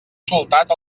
soltat